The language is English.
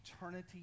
eternity